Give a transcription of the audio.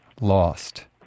Lost